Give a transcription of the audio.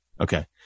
Okay